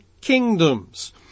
kingdoms